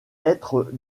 être